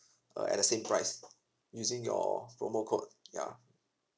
uh at the same price using your promo code yeah